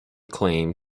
claim